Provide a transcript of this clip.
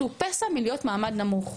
שהוא פסע מלהיות מעמד נמוך,